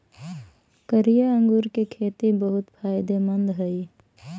कारिया अंगूर के खेती बहुत फायदेमंद हई